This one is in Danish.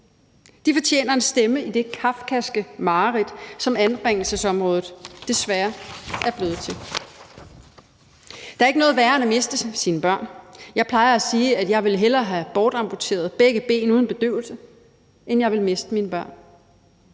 De fortjener en stemme i det kafkaske mareridt, som anbringelsesområdet desværre er blevet til. Der er ikke noget værre end at miste sine børn. Jeg plejer at sige, at jeg hellere ville have amputeret begge ben uden bedøvelse, end jeg ville miste mine børn.